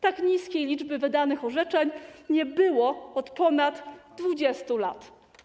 Tak niskiej liczby wydanych orzeczeń nie było od ponad 20 lat.